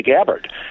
Gabbard